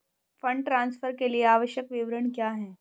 Fund transfer के लिए आवश्यक विवरण क्या हैं?